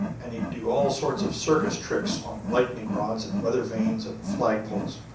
and he'd do all sorts of circus tricks on lightning-rods and weather-vanes and flagpoles